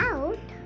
Out